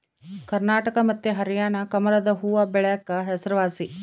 ಕರ್ನಾಟಕ ಮತ್ತೆ ಹರ್ಯಾಣ ಕಮಲದು ಹೂವ್ವಬೆಳೆಕ ಹೆಸರುವಾಸಿ